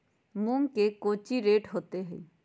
मूंग के कौची रेट होते हई?